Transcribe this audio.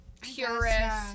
purist